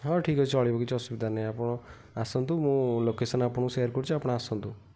ହଁ ଠିକ ଅଛି ଚଳିବ କିଛି ଅସୁବିଧା ନାହିଁ ଆପଣ ଆସନ୍ତୁ ମୁଁ ଲୋକେସନ୍ ଆପଣଙ୍କୁ ସେୟାର୍ କରୁଛି ଆପଣ ଆସନ୍ତୁ